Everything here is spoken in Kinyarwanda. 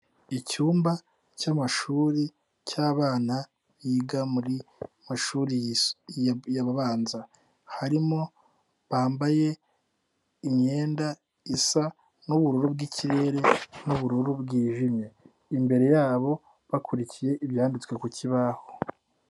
Icyumba cy'amashuri cy'abana biga mu mashuri abanza harimo bambaye imyenda isa n'ubururu bwikirere n'dubururu bwijimye imbere yabo bakurikiye ibyanditswe ku kibaho.